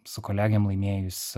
su kolegėm laimėjus